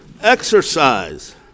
exercise